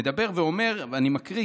מדבר ואומר, אני מקריא.